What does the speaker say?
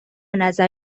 نظر